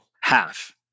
half